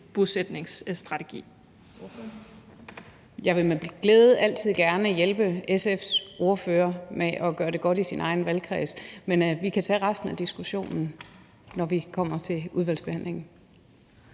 Dencker (DF): Jeg vil med glæde altid gerne hjælpe SF's ordfører med at gøre det godt i sin egen valgkreds. Men vi kan tage resten af diskussionen, når vi kommer til udvalgsbehandlingen.